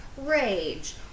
rage